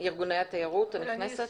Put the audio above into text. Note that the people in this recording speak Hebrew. ארגוני התיירות הנכנסת.